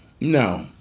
No